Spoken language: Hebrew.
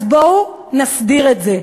אז בואו נסדיר את זה.